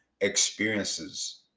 experiences